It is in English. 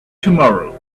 tomorrow